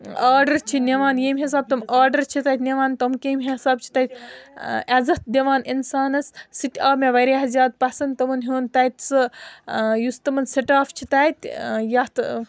order چھِ نِوان ییٚمہِ حِساب تِم آرڈَر چھِ تَتہِ نِوان تِم کَمہِ حِساب چھِ تَتہِ ٲں عزت دِوان اِنسانَس سُہ تہِ آو مےٚ واریاہ زیادٕ پَسنٛد تِمَن ہُنٛد تَتہِ سُہ ٲں یُس تِمَن سِٹاف چھُ تَتہِ ٲں یَتھ